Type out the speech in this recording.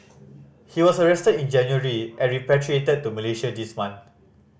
he was arrested in January and repatriated to Malaysia this month